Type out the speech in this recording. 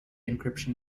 encryption